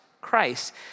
Christ